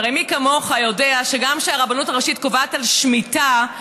הרי מי כמוך יודע שגם כשהרבנות הראשית קובעת על שמיטה,